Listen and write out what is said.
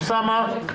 אוסאמה.